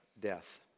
death